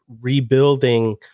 rebuilding